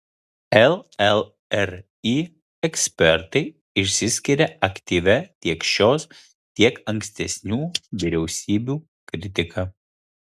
llri ekspertai išsiskiria aktyvia tiek šios tiek ankstesnių vyriausybių kritika